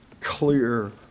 clear